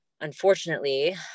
unfortunately